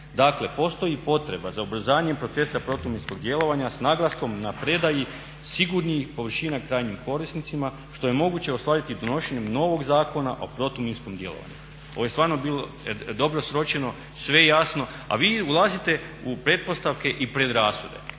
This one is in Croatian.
Dakle, postoji potreba za ubrzavanjem procesa protuminskog djelovanja s naglaskom na predaji sigurnih površina krajnjim korisnicima što je moguće ostvariti donošenjem novog Zakona o protuminskom djelovanju. Ovo je stvarno bilo dobro sročeno, sve jasno, a vi ulazite u pretpostavke i predrasude.